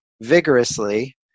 vigorously